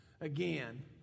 again